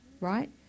Right